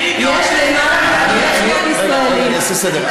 רגע, אעשה סדר.